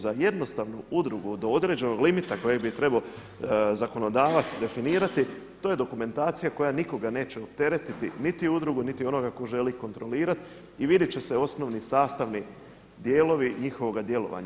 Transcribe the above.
Za jednostavnu udrugu do određenog limita koji bi trebao zakonodavac definirati to je dokumentacija koja nikoga neće opteretiti niti udrugu, niti onoga tko želi kontrolirati i vidjet će se osnovni, sastavni dijelovi njihovoga djelovanja.